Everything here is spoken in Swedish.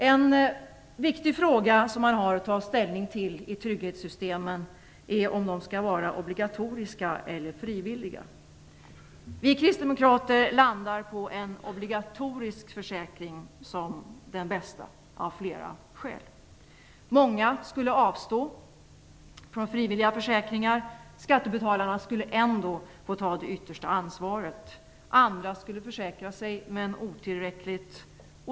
En viktig fråga att ta ställning till i trygghetssystemen är om de skall vara obligatoriska eller frivilliga. Vi kristdemokrater landar på en obligatorisk försäkring som den bästa, av flera skäl. Många skulle avstå från frivilliga försäkringar. Skattebetalarna skulle ändå få ta det yttersta ansvaret. Andra skulle försäkra sig, men otillräckligt.